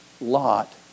Lot